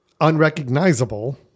unrecognizable